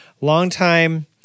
longtime